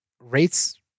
rates